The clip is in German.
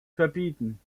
verbieten